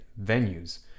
venues